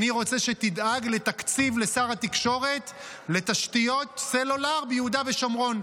אני רוצה שתדאג לתקציב לשר התקשורת לתשתיות סלולר ביהודה ושומרון.